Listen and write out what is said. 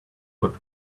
but